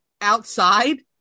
outside